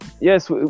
Yes